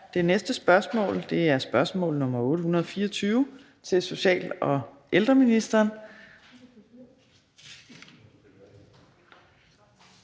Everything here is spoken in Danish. Det næste spørgsmål, spørgsmål nr. 824, er til social og ældreministeren,